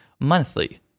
monthly